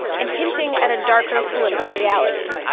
and hinting at a darker political reality